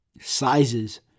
sizes